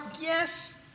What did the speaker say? yes